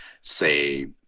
say